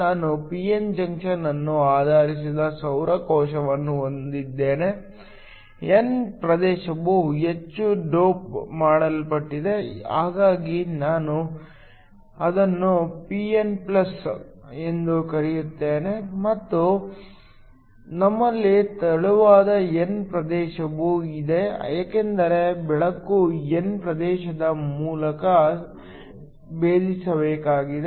ನಾನು p n junction ಅನ್ನು ಆಧರಿಸಿದ ಸೌರ ಕೋಶವನ್ನು ಹೊಂದಿದ್ದೇನೆ n ಪ್ರದೇಶವು ಹೆಚ್ಚು ಡೋಪ್ ಮಾಡಲ್ಪಟ್ಟಿದೆ ಹಾಗಾಗಿ ನಾನು ಅದನ್ನು pn ಎಂದು ಕರೆಯುತ್ತೇನೆ ಮತ್ತು ನಮ್ಮಲ್ಲಿ ತೆಳುವಾದ n ಪ್ರದೇಶವೂ ಇದೆ ಏಕೆಂದರೆ ಬೆಳಕು n ಪ್ರದೇಶದ ಮೂಲಕ ಭೇದಿಸಬೇಕಾಗಿದೆ